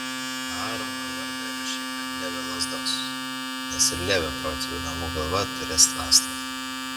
aarono vardą įrašyk ant levio lazdos nes ir levio protėvių namų galva turės lazdą